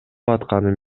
атканын